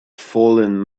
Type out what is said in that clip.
fallen